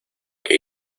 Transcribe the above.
que